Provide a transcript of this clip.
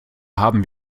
haben